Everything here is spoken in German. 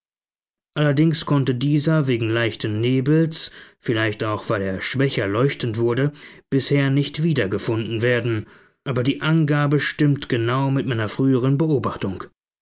allerdings konnte dieser wegen leichten nebels vielleicht auch weil er schwächer leuchtend wurde bisher nicht wiedergefunden werden aber die angabe stimmt genau mit meiner früheren beobachtung